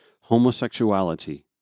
homosexuality